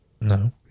No